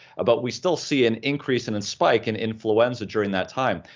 but we still see an increase in and spike in influenza during that time.